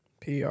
PR